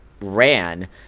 ran